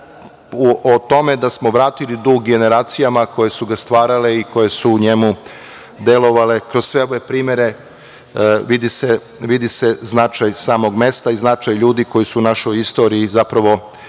o tome da smo vratili dug generacijama koji su ga stvarale i koje su u njemu delovale kroz sve ove primere, vidi se značaj samog mesta i značaj ljudi koji su u našoj istoriji stvarali